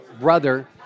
brother